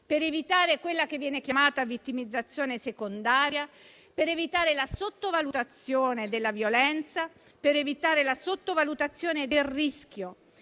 per evitare quella che viene chiamata vittimizzazione secondaria, per evitare la sottovalutazione della violenza, per evitare la sottovalutazione del rischio.